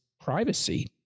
privacy